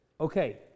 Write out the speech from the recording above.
Okay